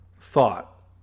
thought